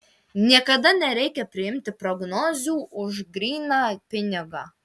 niekada nereikia priimti prognozių už gryną pinigą